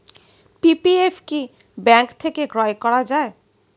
PPF কি bank থেকে ক্রয় করা যায়?